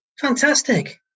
Fantastic